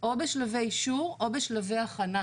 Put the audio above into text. או בשלבי אישור או בשלבי הכנה,